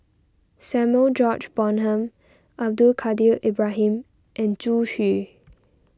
Samuel George Bonham Abdul Kadir Ibrahim and Zhu Xu